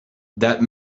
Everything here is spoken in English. that